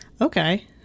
Okay